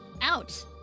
out